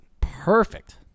Perfect